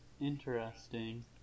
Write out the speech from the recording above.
Interesting